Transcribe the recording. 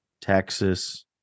Texas